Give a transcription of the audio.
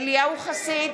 אליהו חסיד,